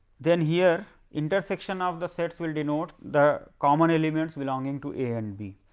then here intersection of the sets will denote the common elements belonging to a and b.